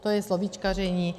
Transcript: To je slovíčkaření.